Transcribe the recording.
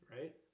right